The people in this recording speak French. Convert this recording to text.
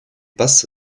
passe